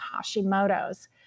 Hashimoto's